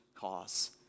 cause